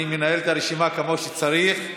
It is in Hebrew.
אני מנהל את הישיבה כמו שצריך.